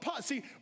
see